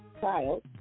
child